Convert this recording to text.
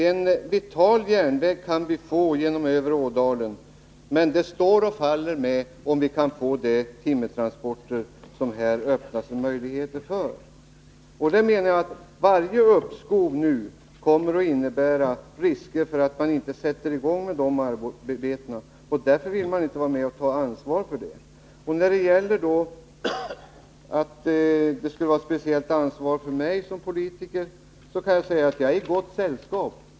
En vital järnväg kan vi få genom övre Ådalen, men det står och faller med om vi får de timmertransporter som det här öppnas möjligheter för. Jag menar att varje uppskov nu kommer att innebära risker för att man inte sätter i gång dessa arbeten, och därför vill man inte vara med och ta ansvar för detta. Vad beträffar att jag skulle ha ett speciellt ansvar här som politiker kan jag säga att jag är i gott sällskap.